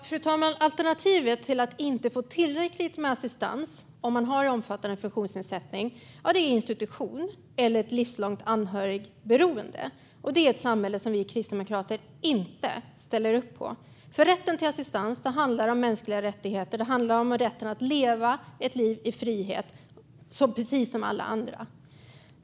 Fru talman! Alternativet till att inte få tillräckligt med assistans om man har en omfattande funktionsnedsättning är institution eller ett livslångt anhörigberoende. Det är ett samhälle som vi i Kristdemokraterna inte ställer upp på. Rätten till assistans handlar om mänskliga rättigheter. Det handlar om rätten att leva ett liv i frihet precis som alla andra.